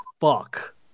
fuck